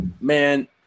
Man